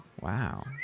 wow